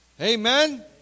Amen